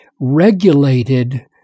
regulated